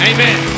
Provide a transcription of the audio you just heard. Amen